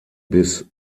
bis